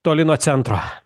toli nuo centro